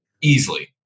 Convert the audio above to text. Easily